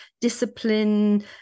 discipline